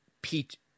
Pete